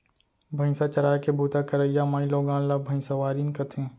भईंसा चराय के बूता करइया माइलोगन ला भइंसवारिन कथें